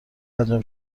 انجام